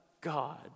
God